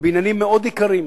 בבניינים מאוד יקרים.